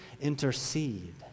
intercede